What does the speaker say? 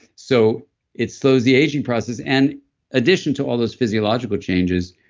so it slows the aging process, and addition to all those physiological changes,